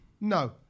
No